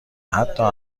حتا